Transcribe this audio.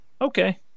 okay